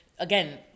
Again